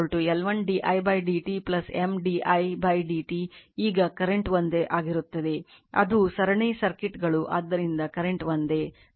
d i dt ಈಗ current ಒಂದೇ ಆಗಿರುತ್ತದೆ ಅದು ಸರಣಿ ಸರ್ಕ್ಯೂಟ್ಗಳು ಆದ್ದರಿಂದ ಕರೆಂಟ್ ಒಂದೇ di2 by dt M di dt